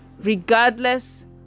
Regardless